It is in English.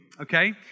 okay